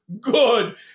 good